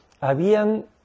habían